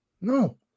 No